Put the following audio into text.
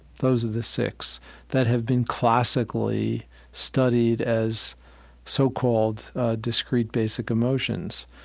those are the six that have been classically studied as so-called discrete basic emotions.